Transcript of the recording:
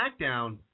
SmackDown